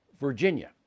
Virginia